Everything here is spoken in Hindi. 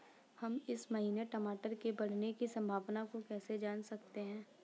हम इस महीने में टमाटर के बढ़ने की संभावना को कैसे जान सकते हैं?